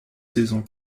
saisons